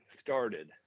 started